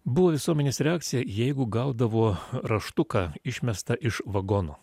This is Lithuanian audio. buvo visuomenės reakcija jeigu gaudavo raštuką išmestą iš vagono